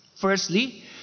Firstly